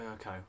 Okay